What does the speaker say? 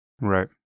Right